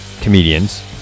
comedians